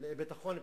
לביטחון פנים,